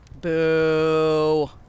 Boo